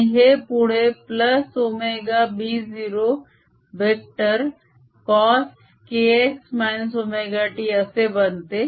आणि हे पुढे ωB0 vector cos kx ωt असे बनते